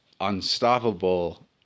unstoppable